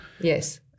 Yes